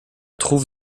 trouve